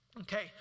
Okay